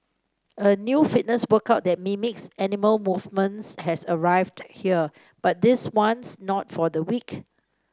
a new fitness workout that mimics animal movements has arrived here but this one's not for the weak